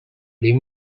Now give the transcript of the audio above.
lim